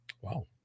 Wow